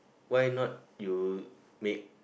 why not you make